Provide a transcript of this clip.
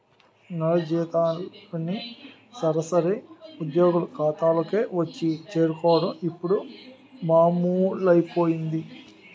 నెల జీతాలన్నీ సరాసరి ఉద్యోగుల ఖాతాల్లోకే వచ్చి చేరుకోవడం ఇప్పుడు మామూలైపోయింది